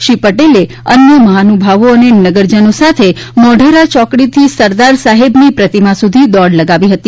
શ્રી પટેલે અન્ય મહાનુભાવો અને નગરજનો સાથે મોઢેરા ચોકડીથી સરદાર સાહેબની પ્રતિમા સુધી દોડ લગાવી હતી